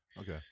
Okay